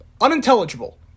unintelligible